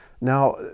Now